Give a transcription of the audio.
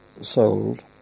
sold